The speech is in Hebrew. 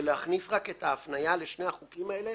להכניס רק את ההפנייה לשני החוקים האלה,